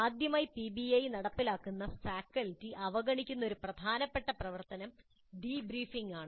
ആദ്യമായി പിബിഐ നടപ്പിലാക്കുന്ന ഫാക്കൽറ്റി അവഗണിക്കുന്ന വളരെ പ്രധാനപ്പെട്ട മറ്റൊരു പ്രവർത്തനം "ഡീബ്രീഫിംഗ്" ആണ്